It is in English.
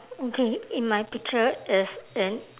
okay in my picture is in